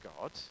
God